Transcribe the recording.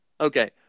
okay